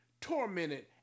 tormented